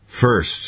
First